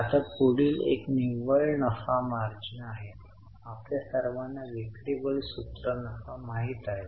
आता पुढील एक निव्वळ नफा मार्जिन आहे आपल्या सर्वांना विक्री वरील सूत्र नफा माहित आहे